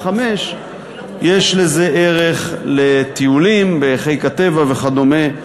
17:00 יש לזה ערך מבחינת טיולים בחיק הטבע וכדומה.